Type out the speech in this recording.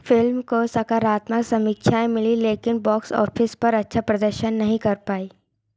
film को सकारात्मक समीक्षाएँ मिलीं लेकिन बॉक्स ऑफिस पर अच्छा प्रदर्शन नहीं कर पाई